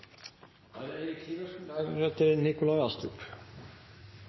Da er det